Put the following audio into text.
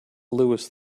louis